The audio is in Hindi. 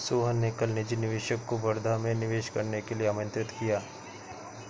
सोहन ने कल निजी निवेशक को वर्धा में निवेश करने के लिए आमंत्रित किया